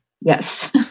Yes